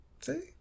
See